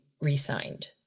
re-signed